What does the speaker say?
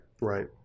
Right